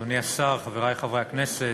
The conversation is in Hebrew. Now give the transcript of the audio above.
תודה רבה, אדוני השר, חברי חברי הכנסת,